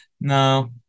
No